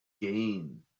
gain